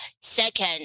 Second